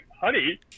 Honey